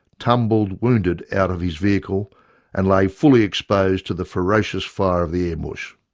tumbled wounded out of his vehicle and lay fully exposed to the ferocious fire of the ambush.